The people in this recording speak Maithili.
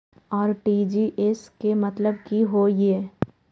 आर.टी.जी.एस के मतलब की होय ये?